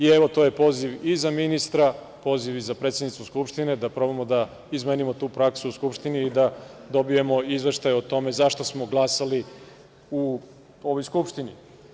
Evo, to je poziv i za ministra, poziv i za predsednicu Skupštine da probamo da izmenimo tu praksu u Skupštini, i da dobijamo izveštaje o tome za šta smo glasali u ovoj Skupštini.